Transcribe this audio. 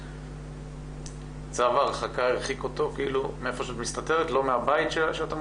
צו ההרחקה הרחיק אותו מהמקום שהסתתרת, לא מהבית?